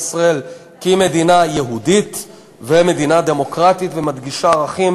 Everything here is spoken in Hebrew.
ישראל כמדינה יהודית ומדינה דמוקרטית ומקדשת ערכים